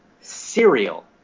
cereal